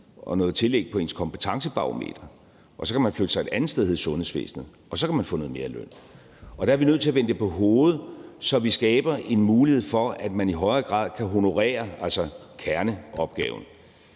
og noget tillæg på ens kompetencebarometer, og så kan man flytte sig et andet sted hen i sundhedsvæsenet, og så kan man få noget mere i løn. Der er vi nødt til at vende det på hovedet, så vi skaber en mulighed for, at man i højere grad kan honorere kerneopgaven.